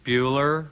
Bueller